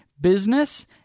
business